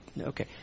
Okay